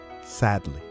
sadly